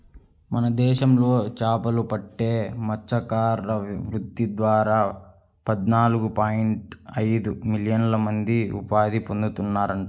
మన దేశంలో చేపలు పట్టే మత్స్యకార వృత్తి ద్వారా పద్నాలుగు పాయింట్ ఐదు మిలియన్ల మంది ఉపాధి పొందుతున్నారంట